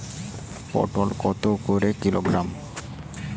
পটল কত করে কিলোগ্রাম?